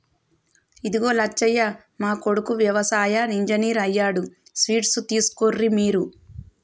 ఇదిగో లచ్చయ్య మా కొడుకు యవసాయ ఇంజనీర్ అయ్యాడు స్వీట్స్ తీసుకోర్రి మీరు